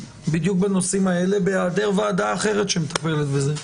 בדיוק בנושאים האלה בהיעדר ועדה אחרת שמטפלת בזה.